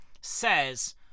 says